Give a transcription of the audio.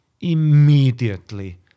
immediately